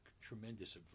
tremendous